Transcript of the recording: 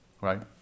right